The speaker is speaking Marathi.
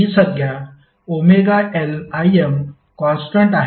ही संज्ञा ωLIm कॉन्स्टन्ट आहे